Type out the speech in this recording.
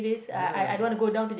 ya